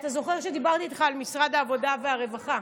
אתה זוכר שדיברתי איתך על משרד העבודה והרווחה?